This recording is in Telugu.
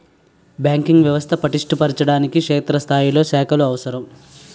బ్యాంకింగ్ వ్యవస్థ పటిష్ట పరచడానికి క్షేత్రస్థాయిలో శాఖలు అవసరం